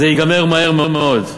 זה ייגמר מהר מאוד.